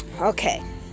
okay